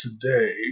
today